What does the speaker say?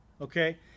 Okay